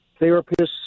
therapists